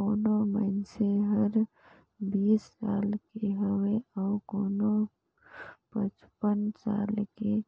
कोनो मइनसे हर बीस साल के हवे अऊ कोनो पचपन साल के